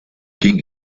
ging